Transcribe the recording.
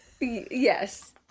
Yes